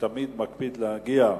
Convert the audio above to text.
שתמיד מקפידים להגיע,